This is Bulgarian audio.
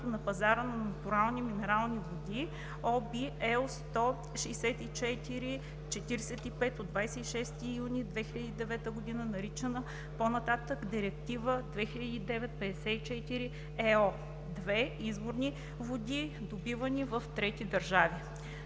на пазара на натурални минерални води (OB, L 164/45 от 26 юни 2009 г.), наричана по-нататък „Директива 2009/54/ЕО“; 2. изворни води, добивани в трети държави.“